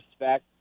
respect